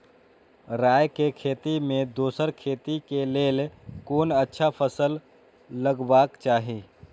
राय के खेती मे दोसर खेती के लेल कोन अच्छा फसल लगवाक चाहिँ?